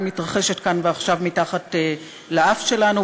מתרחשת כאן ועכשיו מתחת לאף שלנו,